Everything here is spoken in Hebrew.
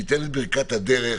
שייתן את ברכת הדרך.